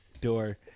door